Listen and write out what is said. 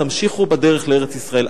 תמשיכו בדרך לארץ-ישראל,